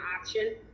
option